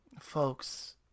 folks